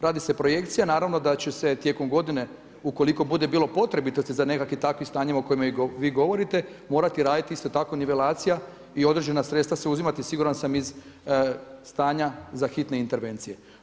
Radi se projekcija, naravno da će se tijekom godine, ukoliko bude bilo potrebitosti za nekakvim stanjem o kojima i vi govorite, morati raditi isto tako nivelacija i određena sredstva se uzimati, siguran sam iz stanja za hitne intervencije.